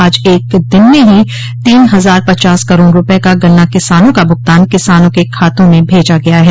आज एक दिन में ही तीन हजार पचास करोड रुपए का गन्ना किसानों का भुगतान किसानों के खातों में भेजा गया है